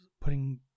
putting